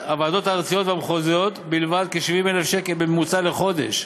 הארציות והמחוזיות בלבד כ-70,000 שקל בממוצע לחודש,